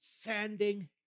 sanding